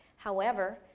however,